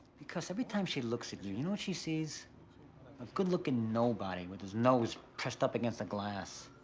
because every time she looks at you, you know what she sees? a good-looking nobody, with his nose pressed up against the glass.